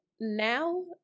now